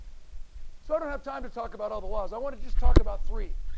so, i don't have time to talk about all the laws. i want to just talk about three.